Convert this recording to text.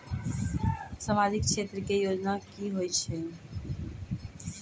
समाजिक क्षेत्र के योजना की होय छै?